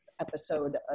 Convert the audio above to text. episode